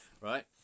right